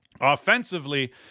offensively